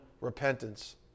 repentance